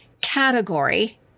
category